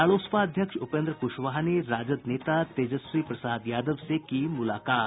रालोसपा अध्यक्ष उपेन्द्र कुशवाहा ने राजद नेता तेजस्वी प्रसाद यादव से की मुलाकात